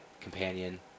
companion